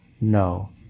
No